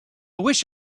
wish